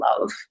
love